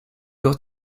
ought